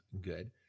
good